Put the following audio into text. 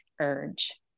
urge